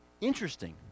Interesting